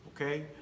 Okay